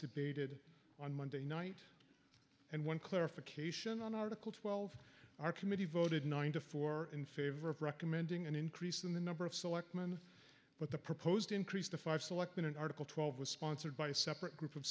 debated on monday night and one clarification on article twelve our committee voted nine to four in favor of recommending an increase in the number of selectman but the proposed increase to five selecting an article twelve was sponsored by a separate group of